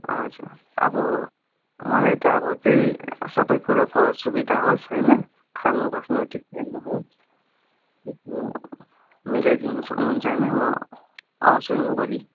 हजुर अब मलाई त अब त्यही सबै कुरोको सुविधा होस् होइन खानु बस्नु ठिक टाइममा होस् त्यस्तो मिलाइदिनु सक्नुहुन्छ भने म आउँछु नि भोलि